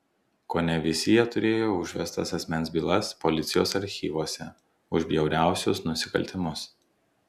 kone visi jie turėjo užvestas asmens bylas policijos archyvuose už bjauriausius nusikaltimus